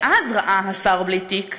ואז ראה השר בלי תיק,